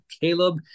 Caleb